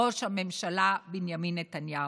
ראש הממשלה בנימין נתניהו.